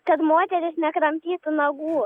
kad moterys nekramtytų nagų